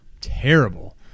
terrible